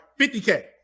50K